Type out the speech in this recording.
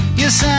yes